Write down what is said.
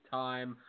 time